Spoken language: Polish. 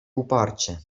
uparcie